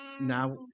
now